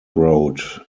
road